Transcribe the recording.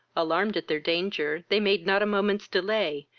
alarmed at their danger, they made not a moment's delay,